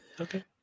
Okay